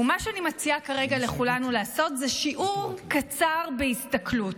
מה שאני מציעה כרגע לכולנו לעשות זה שיעור קצר בהסתכלות.